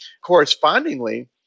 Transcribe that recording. Correspondingly